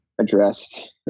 addressed